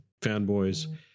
fanboys